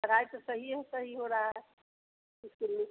पढ़ाई तो सहिए सही हो रहा है इस्कूल में